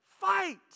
fight